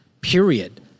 Period